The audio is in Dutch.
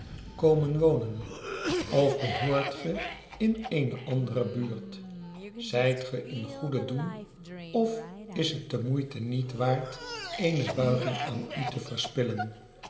wd wonen of behoort ge in eene andere buurt zijt ge in goeden doen of is het de moeite niet waard eene buing aan u te verspillen